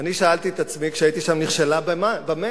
ואני שאלתי את עצמי, כשהייתי שם: נכשלה במה?